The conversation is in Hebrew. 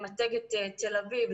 למתג את תל אביב,